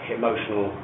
emotional